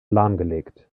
lahmgelegt